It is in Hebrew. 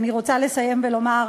אני רוצה לסיים ולומר,